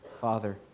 Father